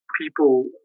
People